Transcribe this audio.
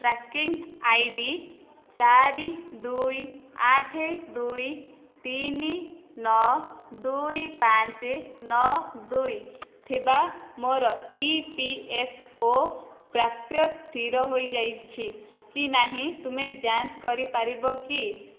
tracking ID ଚାରି ଦୁଇ ଆଠ ଦୁଇ ତିନି ନଅ ଦୁଇ ପାଞ୍ଚ ନଅ ଦୁଇ ଥିବା ମୋର ଇପିଏଫ୍ଓ ପ୍ରାପ୍ୟ ସ୍ଥିର ହୋଇଯାଇଛି କି ନାହିଁ ତୁମେ ଯାଞ୍ଚ କରିପାରିବ କି